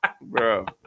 Bro